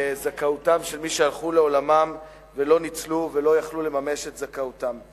זכאותם של מי שהלכו לעולמם ולא ניצלו ולא יכלו לממש את זכאותם.